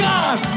God